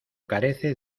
carece